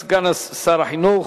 לסדר-היום סגן שר החינוך,